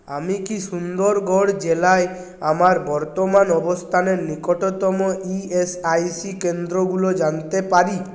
আমি কি সুন্দরগড় জেলায় আমার বর্তমান অবস্থানের নিকটতম ই এস আই সি কেন্দ্রগুলো জানতে পারি